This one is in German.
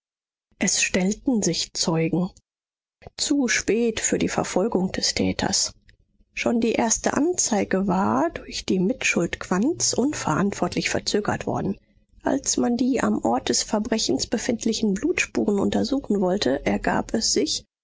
es stellten sich zeugen zu spät für die verfolgung des täters schon die erste anzeige war durch die mitschuld quandts unverantwortlich verzögert worden als man die am ort des verbrechens befindlichen blutspuren untersuchen wollte ergab es sich